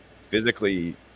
physically